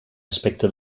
aspecte